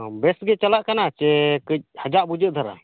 ᱵᱮᱥ ᱜᱮ ᱪᱟᱞᱟ ᱠᱟᱱᱟ ᱥᱮ ᱠᱟᱹᱡ ᱦᱟᱡᱟ ᱵᱩᱡᱟᱹ ᱫᱷᱟᱨᱟ